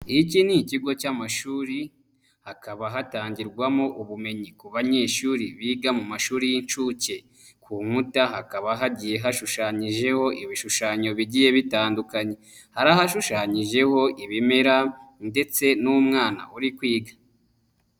Iki ni ikigo cy'amashuri hakaba hatangirwamo ubumenyi ku banyeshuri biga mu mashuri y'inshuke, ku nkuta hakaba hagiye hashushanyijeho ibishushanyo bigiye bitandukanye, hari ahashushanyijeho ibimera ndetse n'umwana uri kwiga.